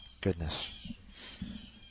goodness